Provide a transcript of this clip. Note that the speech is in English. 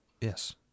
Yes